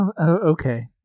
Okay